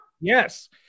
Yes